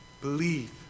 Believe